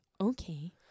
Okay